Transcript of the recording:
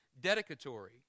dedicatory